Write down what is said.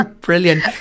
Brilliant